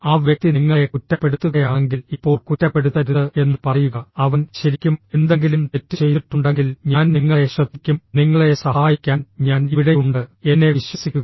ആ വ്യക്തി നിങ്ങളെ കുറ്റപ്പെടുത്തുകയാണെങ്കിൽ ഇപ്പോൾ കുറ്റപ്പെടുത്തരുത് എന്ന് പറയുക അവൻ ശരിക്കും എന്തെങ്കിലും തെറ്റ് ചെയ്തിട്ടുണ്ടെങ്കിൽ ഞാൻ നിങ്ങളെ ശ്രദ്ധിക്കും നിങ്ങളെ സഹായിക്കാൻ ഞാൻ ഇ വിടെയുണ്ട് എന്നെ വിശ്വസിക്കുക